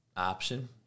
Option